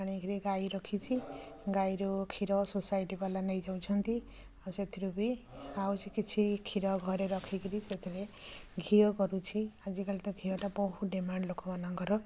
ଆଣିକିରି ଗାଈ ରଖିଛି ଗାଈରୁ କ୍ଷୀର ସୋସାଇଟି ବାଲା ନେଇଯାଉଛନ୍ତି ଆଉ ସେଇଥିରୁ ବି ଆଉରି କିଛି କ୍ଷୀର ଘରେ ରଖିକିରି ସେଇଥିରେ ଘିଅ କରୁଛି ଆଜିକାଲି ତ ଘିଅଟା ବହୁତ ଡିମାଣ୍ଡ ଲୋକମାନଙ୍କର